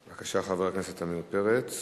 בבקשה, חבר הכנסת עמיר פרץ.